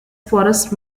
forest